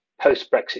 post-Brexit